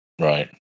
Right